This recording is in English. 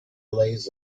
lays